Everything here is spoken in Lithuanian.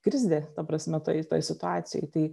krizė ta prasme toj toj situacijoj tai